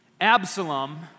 Absalom